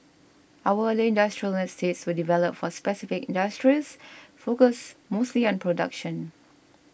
our earlier industrial estates were developed for specific industries focused mostly on production